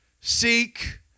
seek